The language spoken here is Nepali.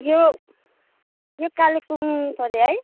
यो कालेबुङ पऱ्यो है